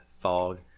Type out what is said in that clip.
fog